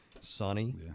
sunny